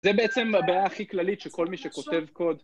זה בעצם הבעיה הכי כללית שכל מי שכותב קוד.